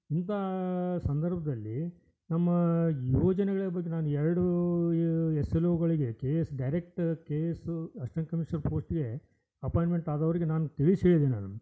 ಇಂಥಾ ಸಂದರ್ಭದಲ್ಲಿ ನಮ್ಮ ಯೋಜನೆಗಳ ಬಗ್ಗೆ ನಾನು ಎರಡು ಎಸ್ ಎಲ್ ಓ ಗಳಿಗೆ K S direct K A S assistant commissioner ಪೋಸ್ಟ್ಗೆ ಅಪಾಯಿಂಟ್ಮೆಂಟ್ ಆದೋರಿಗೆ ನಾನು ತಿಳಿಸಿ ಹೇಳಿದಿನ್ ನಾನು